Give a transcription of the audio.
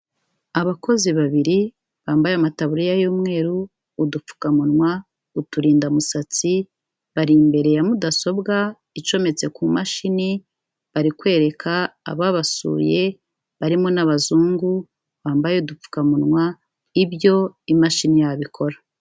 Abakozi babiri bambaye amataburiya y'umweru, udupfukamunwa, uturindamusatsi, bari imbere ya mudasobwa icometse ku mashini, bari kwereka ababasuye barimo n'abazungu bambaye udupfukamunwa ibyo imashini yabo ikora.